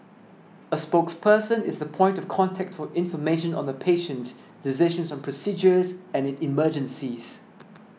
a spokesperson is the point of contact for information on the patient decisions on procedures and in emergencies